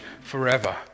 forever